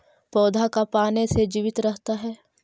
पौधा का पाने से जीवित रहता है?